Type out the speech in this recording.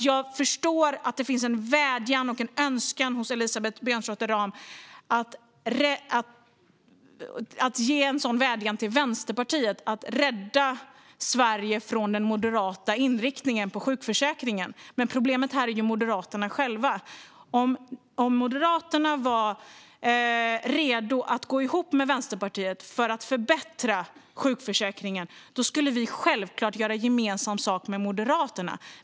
Jag förstår att det finns en önskan hos Elisabeth Björnsdotter Rahm om att ge en sådan vädjan till Vänsterpartiet: Rädda Sverige från den moderata inriktningen på sjukförsäkringen! Men problemet är Moderaterna själva. Om Moderaterna skulle vara redo att gå ihop med Vänsterpartiet för att förbättra sjukförsäkringen skulle vi självklart göra gemensam sak med Moderaterna.